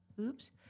Oops